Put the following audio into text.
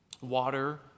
water